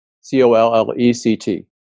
C-O-L-L-E-C-T